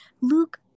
luke